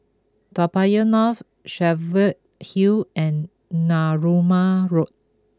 Toa Payoh North Cheviot Hill and Narooma Road